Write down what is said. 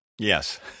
Yes